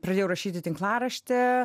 pradėjau rašyti tinklaraštį